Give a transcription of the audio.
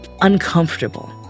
uncomfortable